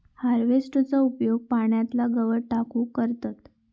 हार्वेस्टरचो उपयोग पाण्यातला गवत काढूक करतत